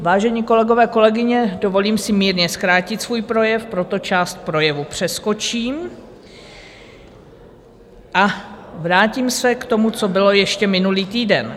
Vážení kolegové, kolegyně, dovolím si mírně zkrátit svůj projev, proto část projevu přeskočím a vrátím se k tomu, co bylo ještě minulý týden.